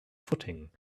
footing